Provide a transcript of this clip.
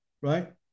right